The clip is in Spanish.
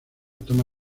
toma